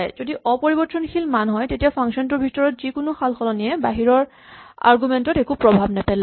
যদি অপৰিবৰ্তনশীল মান হয় তেতিয়া ফাংচন টোৰ ভিতৰৰ যিকোনো সালসলনিয়ে বাহিৰৰ আৰগুমেন্ট ত একো প্ৰভাৱ নেপেলায়